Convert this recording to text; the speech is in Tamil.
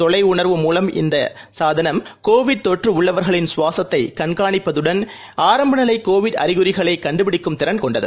கொலையுணர்வு மூலம் இயங்கும் இந்தசாதனம் தொற்றுஉள்ளவர்களின் சுவாசத்தைகண்காணிப்பதுடன் ஆரம்பநிலைகோவிட் அறிகுறிகளைக் கண்டுபிடிக்கும் திறன் கொண்டது